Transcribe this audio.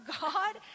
God